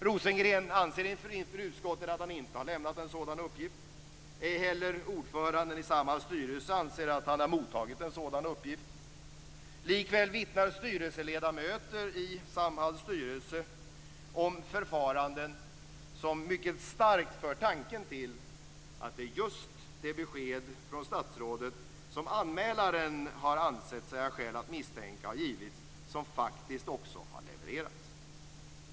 Rosengren anser inför utskottet att han inte har lämnat en sådan uppgift, ej heller ordföranden i Samhalls styrelse anser att han har mottagit en sådan uppgift. Likväl vittnar styrelseledamöter i Samhalls styrelse om förfaranden som mycket starkt för tanken till att det är just det besked från statsrådet som anmälaren har ansett sig ha skäl att misstänka har givits som faktiskt också har levererats.